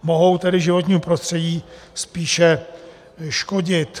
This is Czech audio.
Mohou tedy životnímu prostředí spíše škodit.